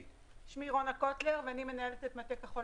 שמי רונה קוטלר ואני מנהלת את מטה כחול